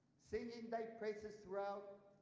singing thy praises throughout